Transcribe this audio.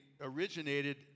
originated